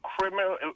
criminal